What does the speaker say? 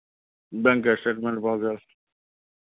bank statement भऽ गेल